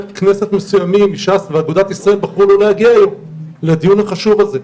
כנסת מסוימים מש"ס ואגודת ישראל בחרו לא להגיע היום לדיון החשוב הזה,